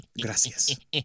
Gracias